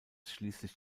schließlich